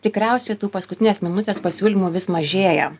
tikriausiai tų paskutinės minutės pasiūlymų vis mažėja